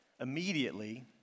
Immediately